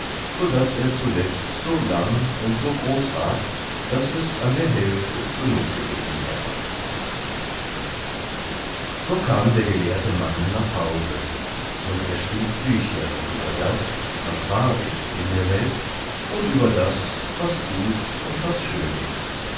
wuchs sodaß er zuletzt so lang und so groß war daß es an der hälfte genug gewesen wäre so kam der gelehrte mann nach hause und er schrieb bücher über das was wahr ist in der welt und über das was gut und was schön ist